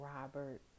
robert